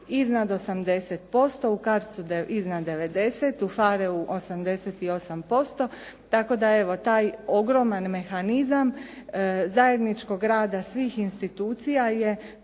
iznad 80%, u CARDS-u iznad 90, u FAR-eu 88% tako da evo taj ogroman mehanizam zajedničkog rada svih institucija je